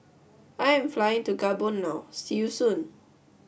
I am flying to Gabon now see you soon